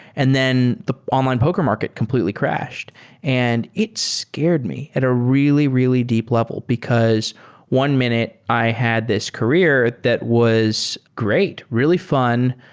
and then the online poker market completely crashed and it scared me at a really, really deep level, because one minute i had this career that was great, really fun,